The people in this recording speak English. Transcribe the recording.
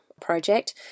project